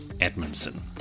Edmondson